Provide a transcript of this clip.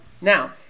Now